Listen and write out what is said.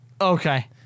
Okay